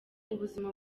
ubuzima